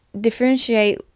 differentiate